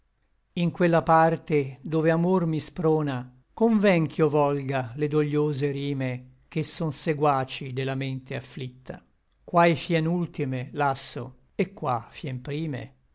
in quella parte dove amor mi sprona conven ch'io volga le dogliose rime che son seguaci de la mente afflicta quai fien ultime lasso et qua fien prime